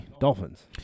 Dolphins